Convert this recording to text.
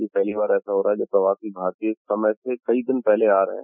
यह पहली बार ऐसा हो रहा है जब प्रवासी भारतीय समय से कई दिन पहले आ रहे हैं